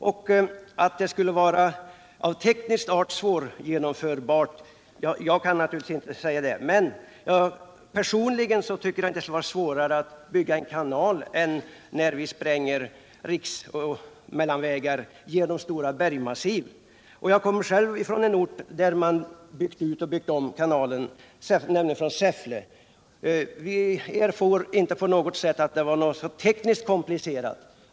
Jag kan inte bedöma de tekniska förutsättningarna för ett kanalbygge, men jag har svårt att föreställa mig att det skulle vara svårare att bygga en kanal än att spränga fram riksvägar genom stora bergsmassiv. Jag kommer själv från en ort där man byggt ut och byggt om kanalen, nämligen från Säffle. Vi erfor där inte på något sätt att företaget var tekniskt komplicerat.